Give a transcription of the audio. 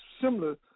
similar